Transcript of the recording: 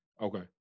Okay